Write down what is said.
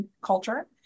culture